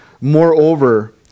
Moreover